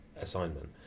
assignment